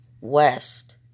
West